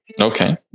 Okay